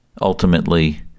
ultimately